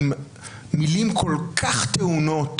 עם מילים כל כך טעונות,